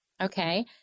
Okay